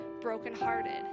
brokenhearted